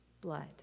blood